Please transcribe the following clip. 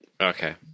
Okay